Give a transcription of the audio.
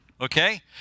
Okay